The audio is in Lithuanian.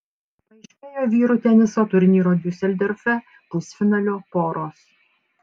paaiškėjo vyrų teniso turnyro diuseldorfe pusfinalio poros